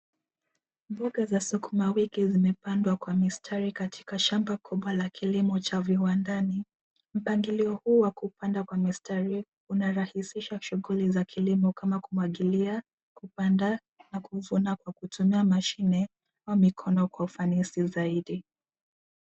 Mboga za sukuma wiki zimepandwa katika shamba kubwa la kilimo cha viwandani. Mpangilio huu wa kupanda kwa mistari unarahihisha shughuli za kilimo kama kumwagilia, kupanda na kuvuna kwa kutumia mashine au mikono kwa ufanisi zaidi.